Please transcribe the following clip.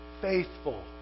faithful